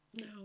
No